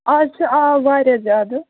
از چھُ آب واریاہ زیادٕ